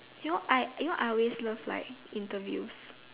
you know I you know love like interview